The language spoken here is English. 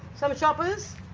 some are shoppers,